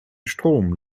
strom